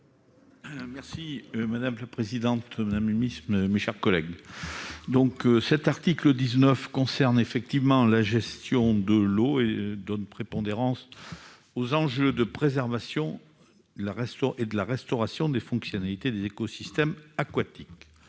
merci madame la présidente, madame humanisme, mes chers collègues, donc cet article 19 concerne effectivement la gestion de l'eau et donne prépondérance aux enjeux de préservation la restaurer et de la restauration des fonctionnalités des écosystèmes aquatiques,